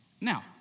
Now